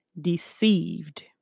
deceived